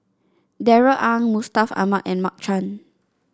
Darrell Ang Mustaq Ahmad and Mark Chan